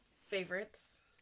favorites